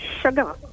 sugar